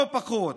לא פחות.